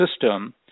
system